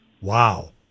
Wow